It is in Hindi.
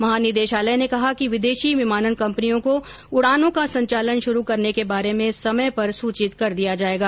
महानिदेशालय ने कहा कि विदेशी विमानन कंपनियों को उड़ानों का संचालन शुरू करने के बारे में समय पर सूचित कर दिया जाएगा